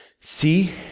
See